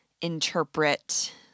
interpret